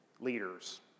leaders